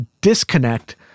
disconnect